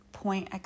Point